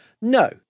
no